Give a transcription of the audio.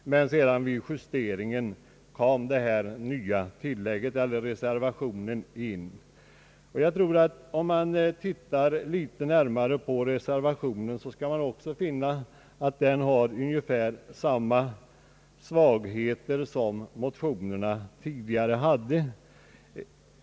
Vid justeringen kom sedan den nya och motiverade reservationen. Om man ser närmare på reservationen finner man också att den har ungefär samma svagheter som motionerna hade.